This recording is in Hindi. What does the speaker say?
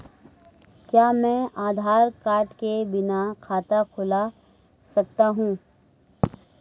क्या मैं आधार कार्ड के बिना खाता खुला सकता हूं?